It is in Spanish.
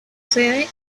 sede